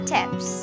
Tips